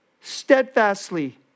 steadfastly